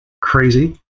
crazy